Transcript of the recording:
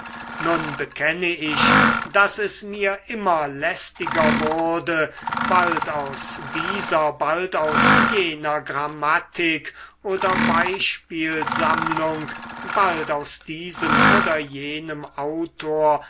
nun bekenne ich daß es mir immer lästiger wurde bald aus dieser bald aus jener grammatik oder beispielsammlung bald aus diesem oder jenem autor